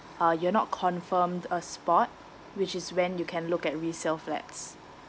uh you're not confirm a spot which is when you can look at resale flats